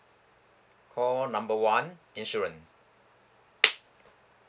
call number one insurance